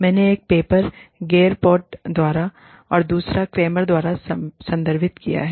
मैंने एक paper Gerpott द्वारा और दूसरा क्रेमर द्वारा संदर्भित किया है